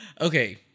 Okay